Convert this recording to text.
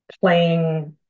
playing